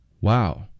Wow